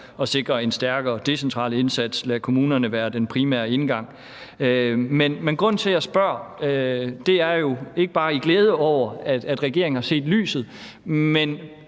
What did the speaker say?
at sikre en stærkere decentral indsats; lade kommunerne være den primære indgang. Men grunden til, at jeg spørger, er jo ikke bare i glæde over, at regeringen har set lyset,